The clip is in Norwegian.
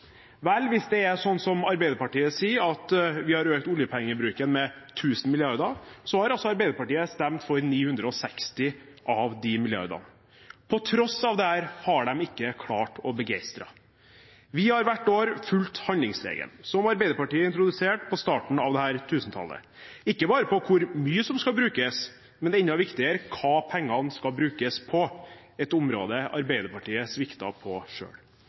Vel, hvis det er sånn som Arbeiderpartiet sier, at vi har økt oljepengebruken med tusen milliarder, har altså Arbeiderpartiet stemt for 960 av de milliardene. På tross av dette har de ikke klart å begeistre. Vi har hvert år fulgt handlingsregelen, som Arbeiderpartiet introduserte på starten av dette tusentallet – ikke bare for hvor mye som skal brukes, men enda viktigere: Hva pengene skal brukes til, et område Arbeiderpartiet sviktet på